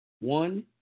One